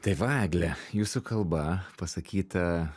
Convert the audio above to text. tai va egle jūsų kalba pasakyta